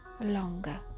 longer